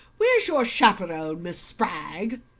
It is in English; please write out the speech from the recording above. where's your chaperon, miss spragg?